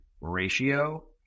ratio